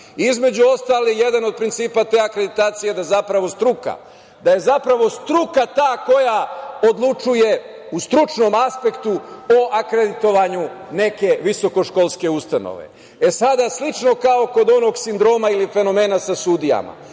Između ostalog, jedan od principa te akreditacije je da je zapravo struka ta koja odlučuje u stručnom aspektu o akreditovanju neke visokoškolske ustanove. Sada, slično kao kod onog sindroma ili fenomena sa sudijama,